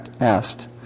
asked